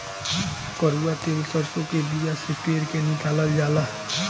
कड़ुआ तेल सरसों के बिया से पेर के निकालल जाला